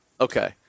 Okay